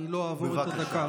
אני לא אעבור את הדקה.